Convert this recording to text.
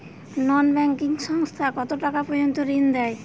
নন banking সংস্থা কতটাকা পর্যন্ত ঋণ দেয়?